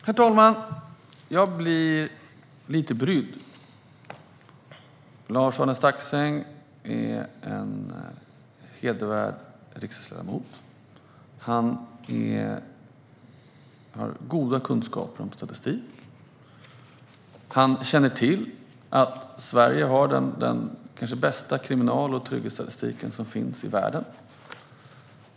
Herr talman! Jag blir lite brydd. Lars-Arne Staxäng är en hedervärd riksdagsledamot. Han har goda kunskaper om statistik och känner till att Sverige har den kanske bästa kriminal och trygghetsstatistiken i världen.